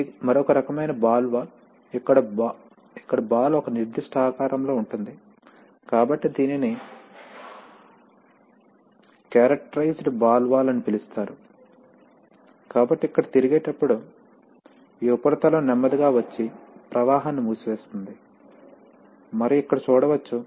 ఇది మరొక రకమైన బాల్ వాల్వ్ ఇక్కడ బాల్ ఒక నిర్దిష్ట ఆకారంలో ఉంటుంది కాబట్టి దీనిని క్యారెక్టరైజ్డ్ బాల్ వాల్వ్ అని పిలుస్తారు కాబట్టి ఇక్కడ తిరిగేటప్పుడు ఈ ఉపరితలం నెమ్మదిగా వచ్చి ప్రవాహాన్ని మూసివేస్తుంది మరియు ఇక్కడ చూడవచ్చు